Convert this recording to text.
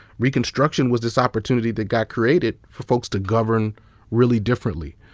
reconstruction was this opportunity that got created for folks to govern really differently.